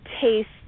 taste